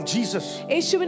Jesus